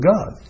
God